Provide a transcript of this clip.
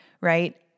right